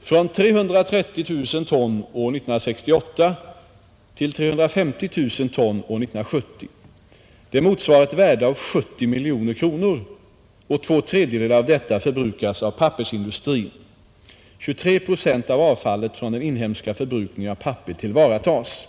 från 330 000 ton år 1968 till 350 000 ton år 1970. Det motsvarar ett värde av 70 miljoner kronor, och två tredjedelar av detta förbrukas av pappersindustrin, 23 procent av avfallet från den inhemska förbrukningen av papper tillvaratas.